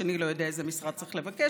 השני לא יודע איזה משרד צריך לבקש,